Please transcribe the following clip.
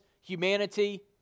humanity